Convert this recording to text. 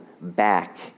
back